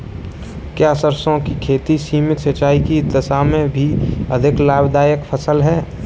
क्या सरसों की खेती सीमित सिंचाई की दशा में भी अधिक लाभदायक फसल है?